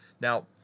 Now